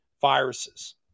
viruses